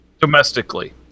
domestically